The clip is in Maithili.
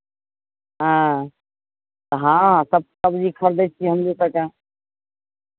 हँ तऽ हँ सभ सबजी खरिदै छियै हमहूँ सभ तऽ